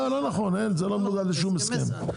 זה לא נכון, זה לא מנוגד לשום הסכם.